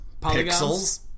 Pixels